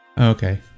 okay